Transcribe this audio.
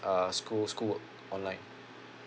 uh school school online